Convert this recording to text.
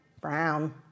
brown